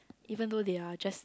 even though they are just